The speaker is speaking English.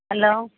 hello